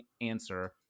answer